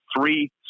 three